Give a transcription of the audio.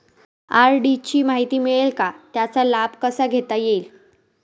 RD ची माहिती मिळेल का, त्याचा लाभ कसा घेता येईल?